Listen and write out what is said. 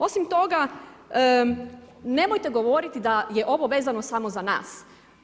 Osim toga, nemojte govoriti da je ovo vezano samo za nas.